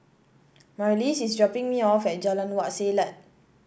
Marlys is dropping me off at Jalan Wak Selat